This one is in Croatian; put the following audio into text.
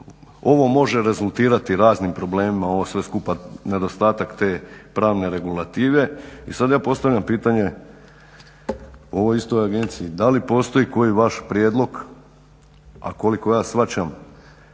ovo može rezultirati raznim problemima, ovo sve skupa nedostatak te pravne regulative. I sad ja postavljam pitanje ovoj istoj agenciji. Da li postoji koji vaš prijedlog, a koliko ja shvaćam